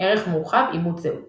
ערך מורחב – אימות זהות